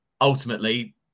Ultimately